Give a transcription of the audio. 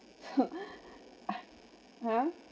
ah ha